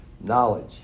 knowledge